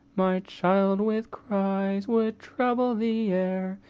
my child with cries would trouble the air,